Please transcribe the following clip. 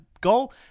go